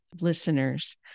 listeners